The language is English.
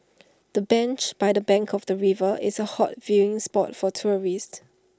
the bench by the bank of the river is A hot viewing spot for tourists